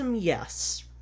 yes